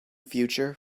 future